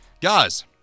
Guys